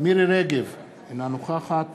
מירי רגב, אינה נוכחת